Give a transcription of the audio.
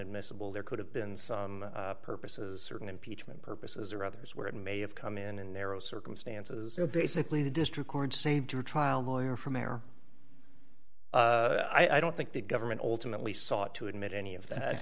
admissible there could have been some purposes certain impeachment purposes or others where it may have come in a narrow circumstances basically the district court same to a trial lawyer from air i don't think the government ultimately sought to admit any of that